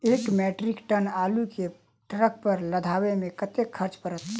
एक metric ton आलु केँ ट्रक पर लदाबै मे कतेक खर्च पड़त?